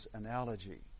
analogy